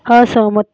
असहमत